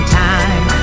time